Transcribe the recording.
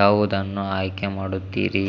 ಯಾವುದನ್ನು ಆಯ್ಕೆ ಮಾಡುತ್ತೀರಿ